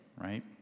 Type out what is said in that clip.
right